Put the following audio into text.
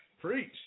Preach